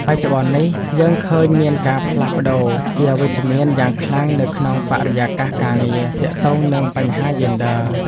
បច្ចុប្បន្ននេះយើងឃើញមានការផ្លាស់ប្តូរជាវិជ្ជមានយ៉ាងខ្លាំងនៅក្នុងបរិយាកាសការងារទាក់ទងនឹងបញ្ហាយេនឌ័រ។